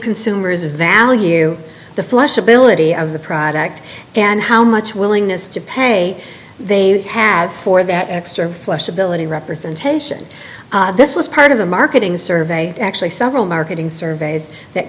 consumers value the flush ability of the product and how much willingness to pay they have for that extra flexibility representation this was part of a marketing survey actually several marketing surveys that